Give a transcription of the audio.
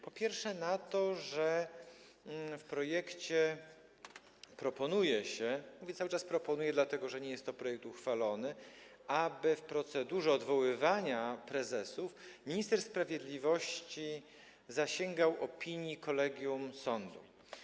Po pierwsze, na to, że w projekcie proponuje się - mówię cały czas „proponuje”, dlatego że nie jest to projekt uchwalony - aby w procedurze odwoływania prezesów minister sprawiedliwości zasięgał opinii kolegium sądu.